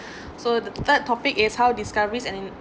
so the third topic is how discoveries and